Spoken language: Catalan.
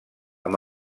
amb